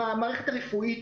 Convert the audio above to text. המערכת הרפואית